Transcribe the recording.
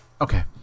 Okay